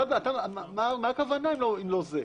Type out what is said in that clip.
מה הכוונה אם לא זה?